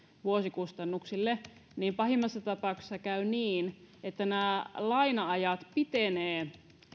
vuosikustannuksille niin pahimmassa tapauksessa käy niin että nämä laina ajat pitenevät